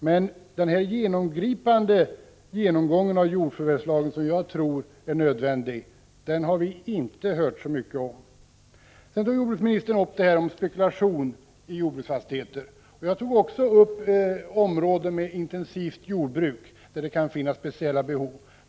Men den genomgripande genomgång av jordförvärvslagen som jag tror är nödvändig har vi inte hört så mycket om. Jordbruksministern tog upp frågan om spekulation i jordbruksfastigheter. Jag nämnde också områden med intensivt jordbruk där det kan finnas speciella behov.